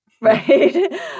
Right